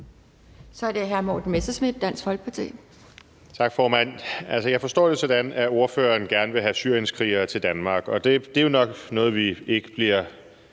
Kl. 13:21 Morten Messerschmidt (DF): Tak, formand. Altså, jeg forstår det jo sådan, at ordføreren gerne vil have syrienskrigere til Danmark, og det er jo nok noget, vi ikke bliver